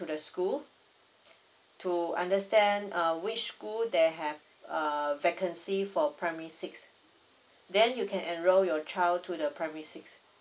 the school to understand uh which school they have err vacancy for primary six then you can enroll your child to the primary six